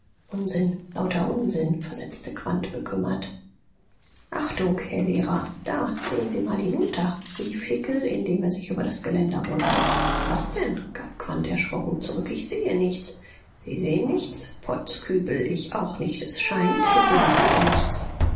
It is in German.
unsinn lauter unsinn versetzte quandt bekümmert achtung herr lehrer da sehen sie mal hinunter rief hickel indem er sich über das geländer beugte was denn gab quandt erschrocken zurück ich sehe nichts sie sehen nichts potz kübel ich auch nicht es scheint wir sehen beide nichts